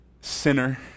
sinner